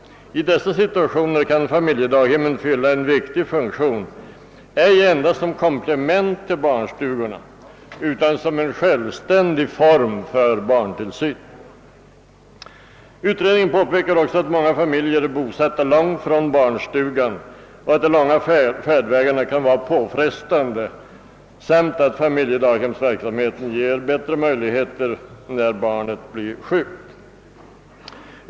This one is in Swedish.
I dessa situationer kan familjedaghemmen fylla en viktig funktion ej endast som ett komplement till barnstugorna utan som en självständig form för barntillsyn.» Utredningen påpekar också att många familjer är bosatta långt från barnstugan och att de långa färdvägarna kan vara påfrestande samt att familjedaghemsverksamheten ger bättre möjligheter när barnet blir sjukt.